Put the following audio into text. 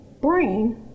brain